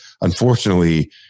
unfortunately